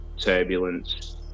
turbulence